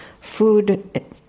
food